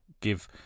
give